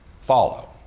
Follow